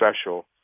special